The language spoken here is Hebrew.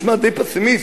נשמע די פסימיסט.